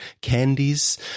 candies